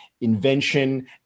invention